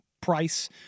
price